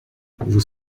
vous